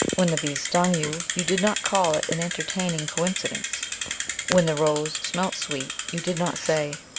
when the bees stung you, you did not call it an entertaining coincidence when the rose smelt sweet you did not say,